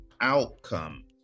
Outcome